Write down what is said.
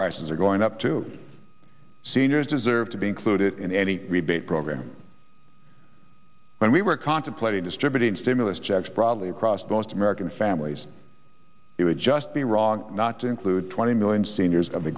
prices are going up to seniors deserve to be included in any rebate program when we were contemplating distributing stimulus checks broadly across most american families it would just be wrong not to include twenty million seniors of the